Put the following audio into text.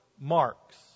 marks